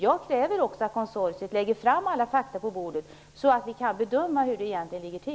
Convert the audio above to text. Jag kräver att konsortiet lägger fram alla fakta så att vi kan bedöma hur det egentligen ligger till.